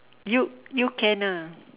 you you can ah